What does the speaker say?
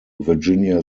virginia